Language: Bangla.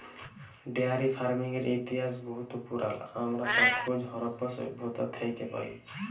ডেয়ারি ফারমিংয়ের ইতিহাস বহুত পুরাল আমরা তার খোঁজ হরপ্পা সভ্যতা থ্যাকে পায়